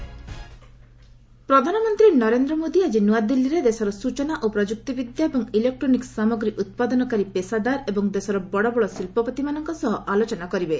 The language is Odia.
ପିଏମ୍ ଆଇଟି ପ୍ରଧାନମନ୍ତ୍ରୀ ନରେନ୍ଦ୍ର ମୋଦି ଆଜି ନୂଆଦିଲ୍ଲୀରେ ଦେଶର ସୂଚନା ଓ ପ୍ରମ୍ଭକ୍ତି ବିଦ୍ୟା ଏବଂ ଇଲେକ୍ଟ୍ରୋନିକ୍ ସାମଗ୍ରୀ ଉତ୍ପାଦନକାରୀ ପେଷାଦାର ଏବଂ ଦେଶର ବଡ଼ବଡ଼ ଶିଳ୍ପପତିମାନଙ୍କ ସହ ଆଲୋଚନା କରିବେ